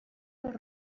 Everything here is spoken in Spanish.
los